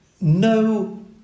No